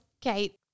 Kate